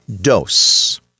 dose